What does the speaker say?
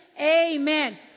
Amen